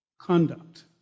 conduct